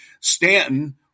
Stanton